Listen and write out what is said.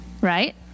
right